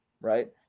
right